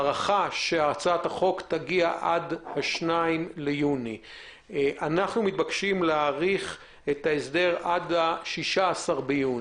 הערכה שהצעת החוק תגיע עד ה-2 ביוני 2020. אנחנו מתבקשים להאריך את ההסדר עד ה-16 ביוני.